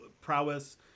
prowess